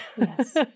Yes